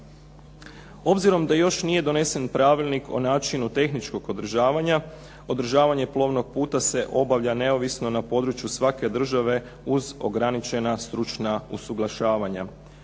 Obzirom da još nije donesen pravilnik o načinu tehničkog održavanja, održavanje plovnog puta se obavlja neovisno na području svake države uz ograničena stručna usuglašavanja.